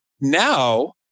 now